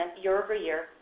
year-over-year